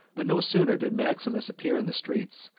but no sooner did maximus appear in the streets,